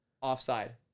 offside